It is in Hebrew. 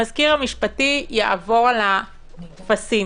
המזכיר המשפטי יעבור על הטפסים.